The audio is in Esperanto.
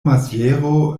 maziero